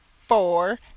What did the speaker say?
four